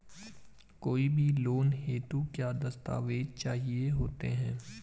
कोई भी लोन हेतु क्या दस्तावेज़ चाहिए होते हैं?